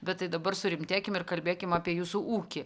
bet tai dabar surimtėkim ir kalbėkim apie jūsų ūkį